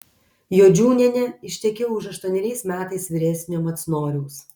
jodžiūnienė ištekėjo už aštuoneriais metais vyresnio macnoriaus